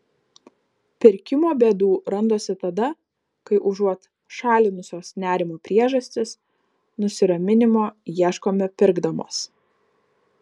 pirkimo bėdų randasi tada kai užuot šalinusios nerimo priežastis nusiraminimo ieškome pirkdamos